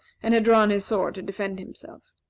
and had drawn his sword to defend himself.